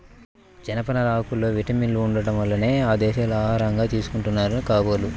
జనపనార ఆకుల్లో విటమిన్లు ఉండటం వల్లనే ఆ దేశాల్లో ఆహారంగా తీసుకుంటున్నారు కాబోలు